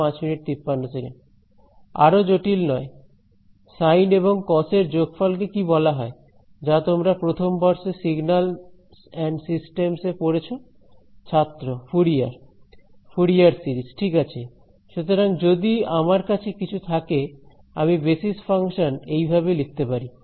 আরো জটিল নয় সাইন এবং কসের যোগফল কে কি বলা হয় যা তোমরা প্রথম বর্ষে সিগন্যালস এন্ড সিস্টেমস এ পড়েছ ছাত্র ফুরিয়ার ফুরিয়ার সিরিজ ঠিক আছে সুতরাং যদি আমার কাছে কিছু থাকে আমি বেসিস ফাংশন এইভাবে লিখতে পারি